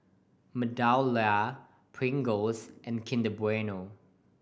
MeadowLea Pringles and Kinder Bueno